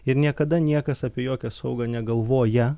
ir niekada niekas apie jokią saugą negalvoja